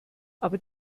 aber